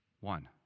One